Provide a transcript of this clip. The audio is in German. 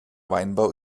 weinbau